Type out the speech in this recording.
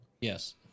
Yes